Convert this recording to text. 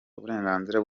uburenganzira